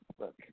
Look